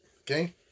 okay